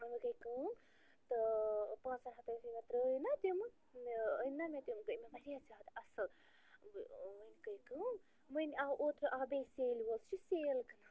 وۅنۍ گٔے کٲم تہٕ پانٛژَن ہَتن یِتھُے مےٚ ترٛٲے نا تِمہٕ أنۍ نا مےٚ تِمہٕ گٔے مےٚ واریاہ زیادٕ اَصٕل وۄنۍ گٔے کٲم وۄنۍ آو اوترٕ آو بیٚیہِ سیلہِ وول سُہ چھِ سیل